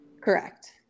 Correct